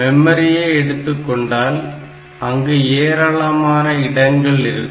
மெமரியை எடுத்து கொண்டால் அங்கு ஏராளமான இடங்கள் இருக்கும்